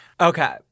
Okay